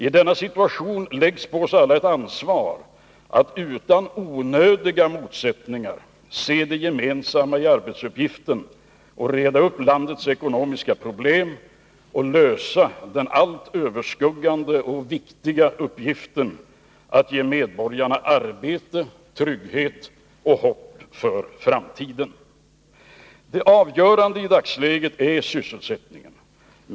I denna situation läggs på oss alla ett ansvar att utan onödiga motsättningar se det gemensamma i arbetsuppgiften att reda upp landets ekonomiska problem och lösa den allt överskuggande och viktiga uppgiften att ge medborgarna arbete, trygghet och hopp för framtiden. Det avgörande i dagsläget är sysselsättningen.